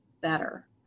better